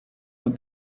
what